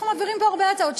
אנחנו מעבירים פה הרבה הצעות.